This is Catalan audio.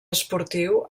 esportiu